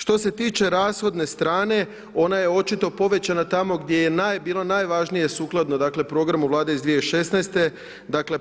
Što se tiče rashodne strne ona je očito povećana tamo gdje je bilo sukladno dakle, programu vlade iz 2016. dakle